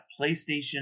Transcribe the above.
PlayStation